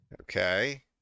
Okay